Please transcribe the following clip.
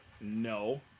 no